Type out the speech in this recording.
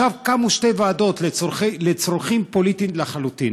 עכשיו קמו שתי ועדות לצרכים פוליטיים לחלוטין.